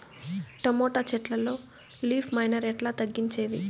Tomato చెట్లల్లో leaf miner ఎట్లా తగ్గించేది?